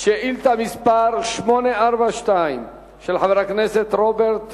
שאילתא מס' 842, של חבר הכנסת רוברט טיבייב,